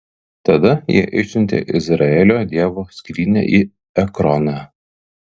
tada jie išsiuntė izraelio dievo skrynią į ekroną